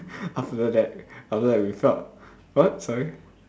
after that after that we felt what sorry